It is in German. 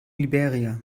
liberia